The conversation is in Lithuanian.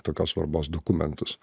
tokios svarbos dokumentus